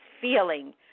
feeling